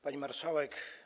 Pani Marszałek!